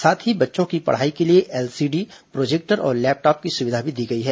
साथ ही बच्चों की पढ़ाई के लिए एलसीडी प्रोजेक्टर और लैपटॉप की सुविधा भी दी गई है